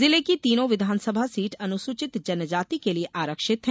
जिले की तीनो विधानसभा सीट अनुसूचित जनजाति के लिये आरक्षित है